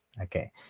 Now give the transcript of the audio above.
okay